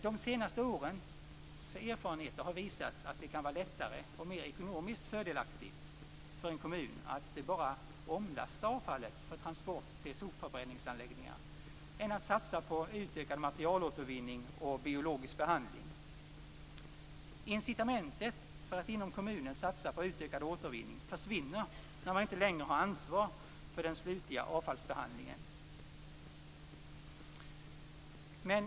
De senaste årens erfarenheter har visat att det kan vara lättare och mer ekonomiskt fördelaktigt för en kommun att bara omlasta avfallet för transport till sopförbränningsanläggningar än att satsa på utökad materialåtervinning och biologisk behandling. Incitamentet för att inom kommunen satsa på utökad återvinning försvinner när man inte längre har ansvar för den slutliga avfallsbehandlingen.